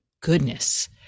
goodness